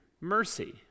mercy